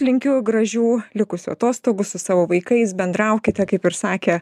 linkiu gražių likusių atostogų su savo vaikais bendraukite kaip ir sakė